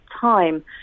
time